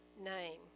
name